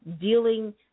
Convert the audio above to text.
dealing